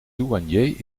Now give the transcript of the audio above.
douanier